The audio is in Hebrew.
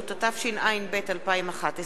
התשע”ב 2011,